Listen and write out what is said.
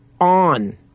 on